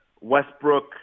Westbrook